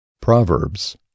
Proverbs